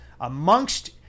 amongst